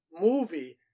movie